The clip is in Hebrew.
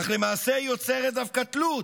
אך למעשה יוצרת דווקא תלות,